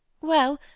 Well